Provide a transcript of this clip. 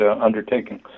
undertaking